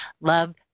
Love